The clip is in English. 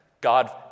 God